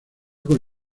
con